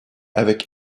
avec